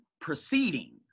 proceeding